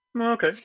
Okay